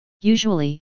Usually